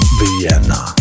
vienna